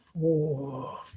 four